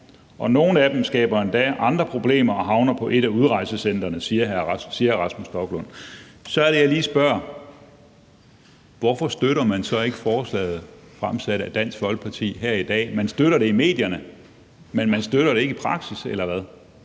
Og nogen af dem endda skaber andre problemer og havner på et af udrejsecentrene.« Men så er det, jeg lige spørger: Hvorfor støtter man så ikke forslaget fremsat af Dansk Folkeparti her i dag? Man støtter det i medierne, men man støtter det ikke i praksis – eller hvad?